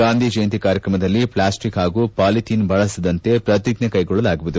ಗಾಂಧಿ ಜಯಂತಿ ಕಾರ್ಯಕ್ರಮದಲ್ಲಿ ಪ್ಲಾಸ್ಟಿಕ್ ಹಾಗೂ ಪಾಲಿಥೀನ್ ಬಳಸದಂತೆ ಪ್ರತಿಜ್ಜೆ ಕೈಗೊಳ್ಳಲಾಗುವುದು